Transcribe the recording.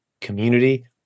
community